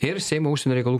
ir seimo užsienio reikalų